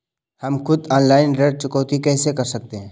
हम खुद ऑनलाइन ऋण चुकौती कैसे कर सकते हैं?